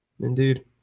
Indeed